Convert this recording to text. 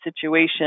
situation